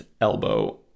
elbow